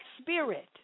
spirit